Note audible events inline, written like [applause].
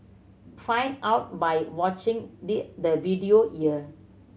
find out by watching [unintelligible] the video here